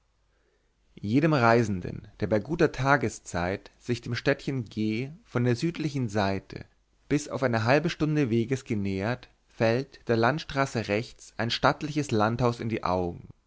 jedem reisenden der bei guter tageszeit sich dem städtchen g von der südlichen seite bis auf eine halbe stunde weges genähert fällt der landstraße rechts ein stattliches landhaus in die augen